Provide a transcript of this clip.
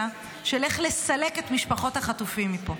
של איך לסלק את משפחות החטופים מפה.